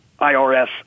IRS